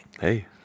Hey